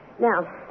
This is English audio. Now